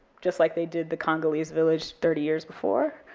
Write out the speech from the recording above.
just like they did the congolese village thirty years before,